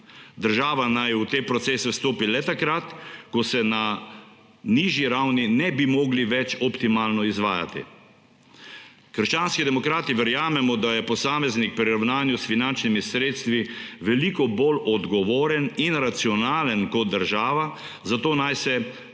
Država naj v te procese vstopi le takrat, ko se na nižji ravni ne bi mogli več optimalno izvajati. Krščanski demokrati verjamemo, da je posameznik pri ravnanju s finančnimi sredstvi veliko bolj odgovoren in racionalen kot država, zato naj se na